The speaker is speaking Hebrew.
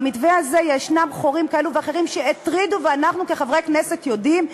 במתווה הזה יש חורים כאלה ואחרים שהטרידו ואנחנו כחברי כנסת יודעים,